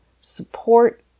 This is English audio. support